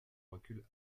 recul